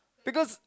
because